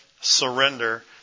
surrender